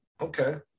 Okay